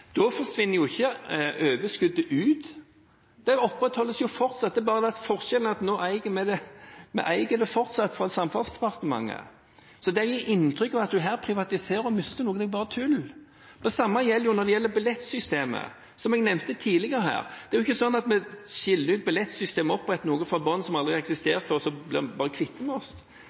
Da forsvinner ikke overskuddet ut, det opprettholdes fortsatt. Det er bare det at forskjellen er at nå eies det fortsatt av Samferdselsdepartementet, så det å gi inntrykk av at en her privatiserer og mister noe, er bare tull. Det samme gjelder billettsystemet. Som jeg nevnte tidligere, er det ikke sånn at vi skiller ut billettsystemet og oppretter noe fra bunnen som aldri har eksistert, bare for å kvitte oss med det. Vi